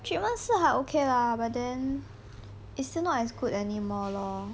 treatment 是还 okay lah but then it's still not as good anymore lor